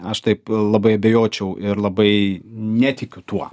aš taip labai abejočiau ir labai netikiu tuo